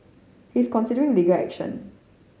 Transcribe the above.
he is considering legal action